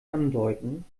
andeuten